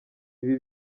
ibi